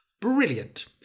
Brilliant